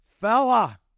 Fella